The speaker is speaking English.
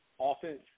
offense